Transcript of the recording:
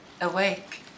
awake